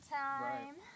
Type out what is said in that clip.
time